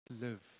live